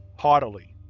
haughtily.